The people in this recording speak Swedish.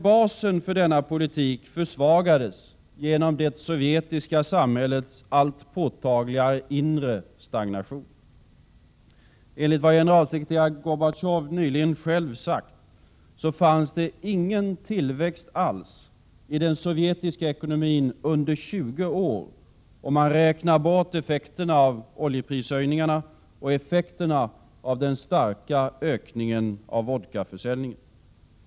Basen för denna politik försvagades emellertid genom det sovjetiska samhällets allt påtagligare inre stagnation. Enligt vad generalsekreterare Gorbatjov nyligen sagt, fanns det ingen tillväxt alls i den sovjetiska ekonomin under 20 år, om man räknar bort effekterna av oljeprishöjningarna och effekterna av den starka ökningen av vodkaförsäljningen.